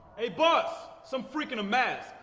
hey boss, some freak in a mask.